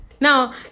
now